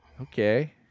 Okay